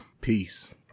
peace